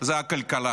זו הכלכלה.